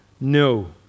no